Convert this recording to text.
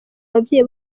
ababyeyi